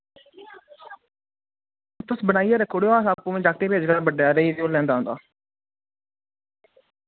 तुस बनाइयै रक्खी ओड़ेओ अस आपूं में जागते भेजगा बड्डे आह्ले गी ओह् लैंदा औंदा